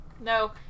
No